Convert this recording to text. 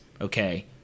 okay